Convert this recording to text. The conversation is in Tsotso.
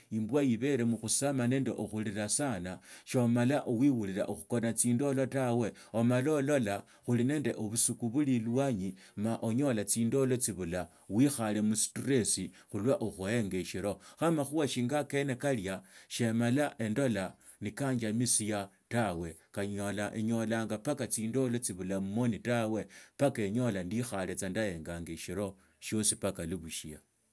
Imbwa ibera mukhusamo nende okhurira sana somama owurira okhukuna tsindolo tawe omala olola khuli nende obusuku bulu ilwanyi ma onyola tsindolo tsibula, wikhoree mulsistrassi, khulwa okhuenya eshilo, khu amakhuha shinga akane kata sheemala endola nikaanjamisia tawe, enyolanga mbari tsindolo tsibula mmoni tawe, mpaka inyola adikhale tsa ndaenyanga shilo shiosi mbaka iwa bushi.